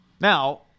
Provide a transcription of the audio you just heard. Now